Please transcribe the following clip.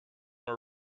were